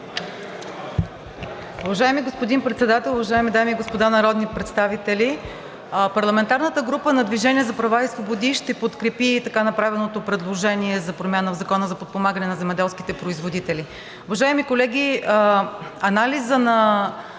Уважаеми господин Председател, уважаеми дами и господа народни представители! Парламентарната група на „Движение за права и свободи“ ще подкрепи така направеното предложение за промяна в Закона за подпомагане на земеделските производители. Уважаеми колеги, анализът на